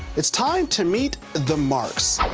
is time to meet the marks.